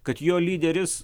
kad jo lyderis